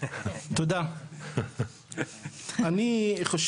אתה יכול